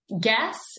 Guess